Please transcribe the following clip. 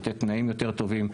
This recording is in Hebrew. לתת תנאים יותר טובים.